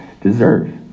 deserve